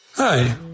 Hi